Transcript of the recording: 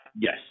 Yes